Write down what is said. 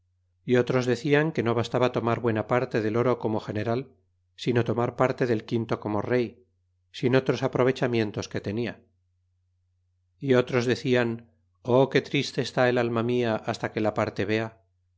y otros decian que no bastaba tomar buena parte del oro como general sino tomar parte de quinto como rey sin otros aprovechamientos que tenia y otros decian ó que triste está el alma mia hasta que la parte vea